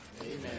Amen